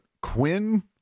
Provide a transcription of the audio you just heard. Quinn